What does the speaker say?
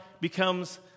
becomes